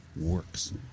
works